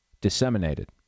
disseminated